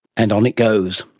and on it goes.